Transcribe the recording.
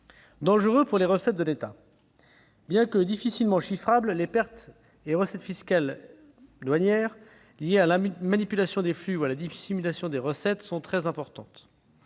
ensuite, pour les recettes de l'État. Bien qu'elles soient difficilement chiffrables, les pertes de recettes fiscales douanières liées à la manipulation des flux ou à la dissimulation des recettes sont très importantes.